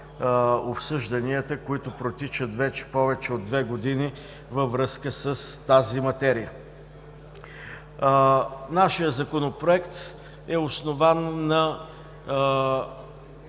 обсъжданията, които протичат вече повече от две години във връзка с тази материя. Нашият Законопроект е основан на